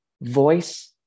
voice